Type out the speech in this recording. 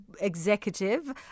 executive